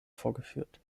vorgeführt